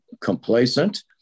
complacent